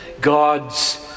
God's